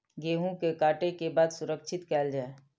गेहूँ के काटे के बाद सुरक्षित कायल जाय?